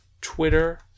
Twitter